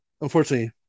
unfortunately